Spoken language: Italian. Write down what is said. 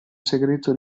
segreto